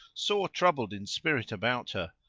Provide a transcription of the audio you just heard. sore troubled in spirit about her,